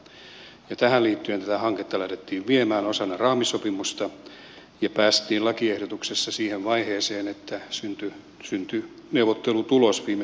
tähän liittyen tätä hanketta lähdettiin viemään osana raamisopimusta ja päästiin lakiehdotuksessa siihen vaiheeseen että syntyi neuvottelutulos viime syksynä